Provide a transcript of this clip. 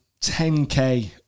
10k